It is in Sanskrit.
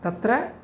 तत्र